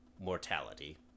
mortality